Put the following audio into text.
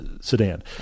sedan